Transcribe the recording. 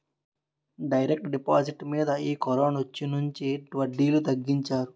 direct deposit మీద ఈ కరోనొచ్చినుంచి వడ్డీలు తగ్గించారు